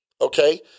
Okay